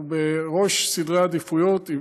הוא בראש סדרי העדיפויות,